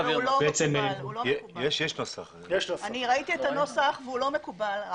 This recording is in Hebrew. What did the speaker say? אני ראיתי את הנוסח והוא לא מקובל.